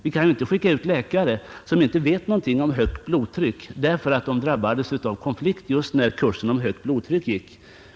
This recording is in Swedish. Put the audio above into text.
Vi kan inte skicka ut läkare som inte vet någonting om högt blodtryck därför att de drabbades av konflikt just när kursen om högt blodtryck skulle ha hållits.